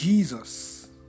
Jesus